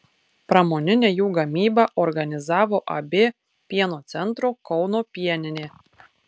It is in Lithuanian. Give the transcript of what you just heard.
pramoninę jų gamybą organizavo ab pieno centro kauno pieninė